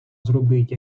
зробить